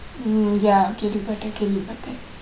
mm ya கேள்வி பட்டேன் கேள்வி பட்டேன்:kelvi patten kelvi patten